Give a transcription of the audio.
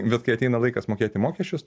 bet kai ateina laikas mokėti mokesčius